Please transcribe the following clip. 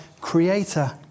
creator